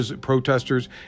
protesters